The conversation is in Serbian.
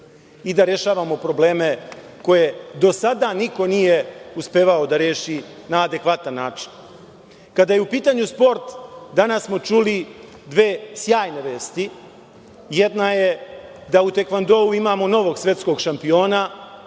i da rešavamo probleme koje do sada niko nije uspevao da reši na adekvatan način. Kada je u pitanju sport, danas smo čuli dve sjajne vesti. Jedna je da u tekvondou imamo novog svetskog šampiona.